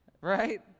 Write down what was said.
right